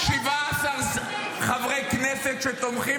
-- אם ממשלה שיש שם 17 חברי כנסת שתומכים